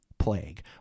Plague